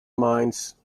minds